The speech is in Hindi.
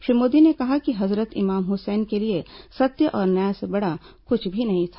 श्री मोदी ने कहा है कि हजरत इमाम हुसैन के लिए सत्य और न्याय से बड़ा कुछ भी नहीं था